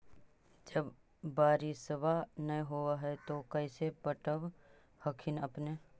जब बारिसबा नय होब है तो कैसे पटब हखिन अपने?